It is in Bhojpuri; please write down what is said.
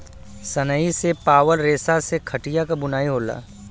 सनई से पावल रेसा से खटिया क बुनाई होला